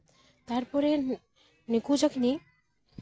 ᱛᱟᱨᱯᱚᱨᱮ ᱱᱩᱠᱩ ᱡᱚᱠᱷᱚᱱ